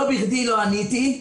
לא בכדִי לא עניתי.